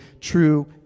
true